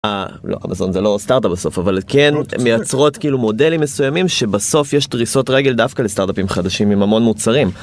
זה לא סטארטאפ בסוף אבל כן מייצרות כאילו מודלים מסוימים שבסוף יש דריסות רגל דווקא לסטארטאפים חדשים עם המון מוצרים.